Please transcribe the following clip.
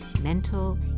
mental